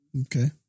Okay